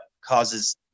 causes